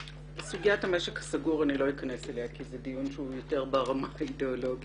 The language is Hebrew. לסוגיית המשק הסגור אני לא אכנס כי זה דיון שהוא יותר ברמה האידיאולוגית